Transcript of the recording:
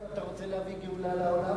אתה רוצה להביא גאולה לעולם?